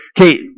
Okay